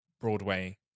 Broadway